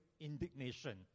indignation